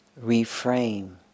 Reframe